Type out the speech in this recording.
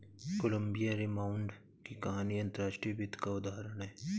Colombia rebound की कहानी अंतर्राष्ट्रीय वित्त का उदाहरण है